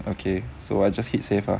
okay so I just hit safer